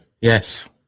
Yes